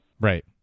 right